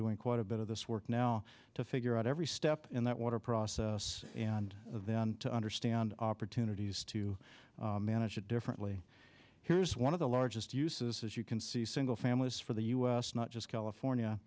doing quite a bit of this work now to figure out every step in that water process and then to understand opportunities to manage it differently here's one of the largest uses as you can see single families for the u s not just california